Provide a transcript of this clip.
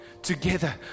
together